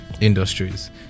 industries